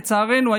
לצערנו,